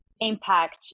impact